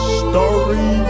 story